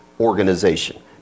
organization